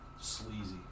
Sleazy